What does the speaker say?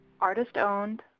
Artist-owned